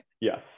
Yes